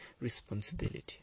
responsibility